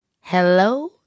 Hello